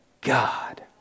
God